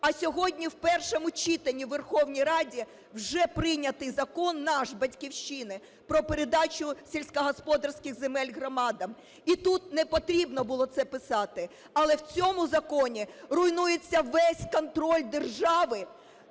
А сьогодні в першому читанні в Верховній Раді вже прийнятий Закон наш, "Батьківщини", про передачу сільськогосподарських земель громадам, і тут не потрібно було це писати. Але в цьому законі руйнується весь контроль держави